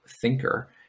thinker